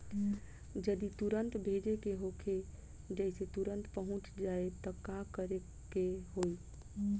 जदि तुरन्त भेजे के होखे जैसे तुरंत पहुँच जाए त का करे के होई?